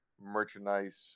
merchandise